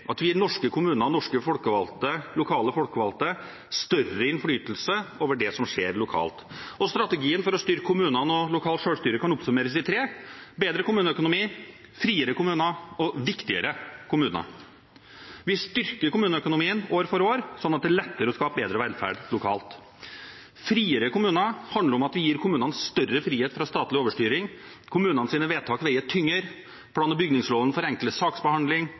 vi gir norske kommuner, norske folkevalgte, lokale folkevalgte større innflytelse over det som skjer lokalt. Strategien for å styrke kommunene og det lokale selvstyret kan oppsummeres i tre punkter: bedre kommuneøkonomi, friere kommuner og viktigere kommuner. Vi styrker kommuneøkonomien år for år, slik at det blir lettere å skape bedre velferd lokalt. Friere kommuner handler om at vi gir kommunene større frihet fra statlig overstyring. Kommunenes vedtak veier tyngre, plan- og bygningsloven